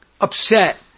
upset